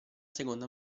seconda